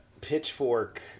Pitchfork